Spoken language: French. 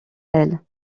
elle